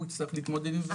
הוא יצטרך להתמודד עם זה לבד.